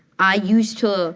i used to